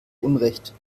unrecht